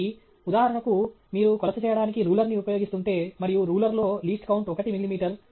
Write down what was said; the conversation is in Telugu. కాబట్టి ఉదాహరణకు మీరు కొలత చేయడానికి రూలర్ ని ఉపయోగిస్తుంటే మరియు రూలర్ లో లీస్ట్ కౌంట్ 1 మిల్లీమీటర్